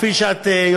כפי שאת יודעת,